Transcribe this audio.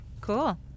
Cool